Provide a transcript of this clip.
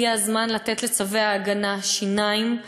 הגיע הזמן לתת לצווי ההגנה שיניים: